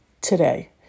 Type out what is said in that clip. today